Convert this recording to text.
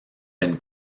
been